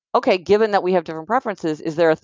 okay, given that we have different preferences, is there.